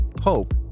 Hope